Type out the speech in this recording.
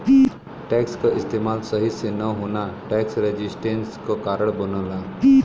tax क इस्तेमाल सही से न होना टैक्स रेजिस्टेंस क कारण बनला